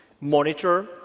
Monitor